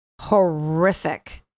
horrific